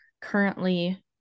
currently